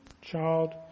child